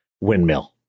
windmill